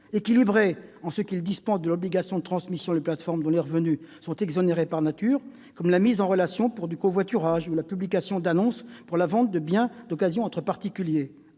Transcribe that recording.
équilibré en ce qu'il dispense de l'obligation de transmission les plateformes dont les revenus sont exonérés par nature, comme celles de mise en relation pour du covoiturage ou de publication d'annonces pour la vente de biens d'occasion entre particuliers,